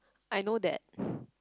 I know that